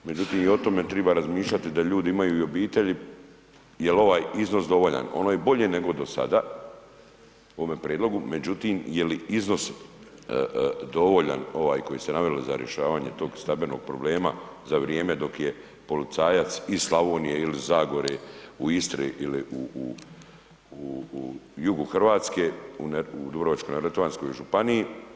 Međutim i o tome triba razmišljati da ljudi imaju i obitelji jel ovaj iznos dovoljan, ono je bolje nego do sada u ovome prijedlogu, međutim je li iznos dovoljan ovaj koji ste naveli za rješavanje tog stambenog problema za vrijeme dok je policajac iz Slavonije ili iz Zagore u Istri ili u jugu Hrvatske u Dubrovačko-neretvanskoj županiji.